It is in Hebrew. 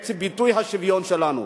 את ביטוי השוויון שלנו.